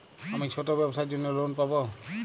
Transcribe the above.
আমি ছোট ব্যবসার জন্য লোন পাব?